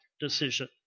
decision